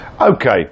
Okay